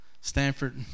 Stanford